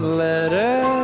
letter